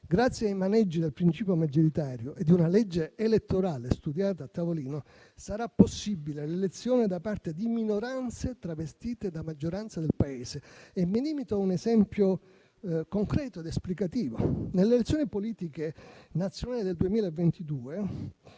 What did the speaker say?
grazie ai maneggi del principio maggioritario e di una legge elettorale studiata a tavolino, sarà possibile l'elezione da parte di minoranze travestite da maggioranza del Paese. Mi limito a un esempio concreto ed esplicativo: nelle elezioni politiche nazionali del 2022,